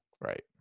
Right